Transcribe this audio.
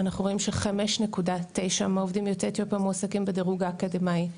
אנחנו רואים ש-5.9 מהעובדים יוצאי אתיופיה מועסקים בדירוג האקדמאי,